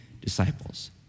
disciples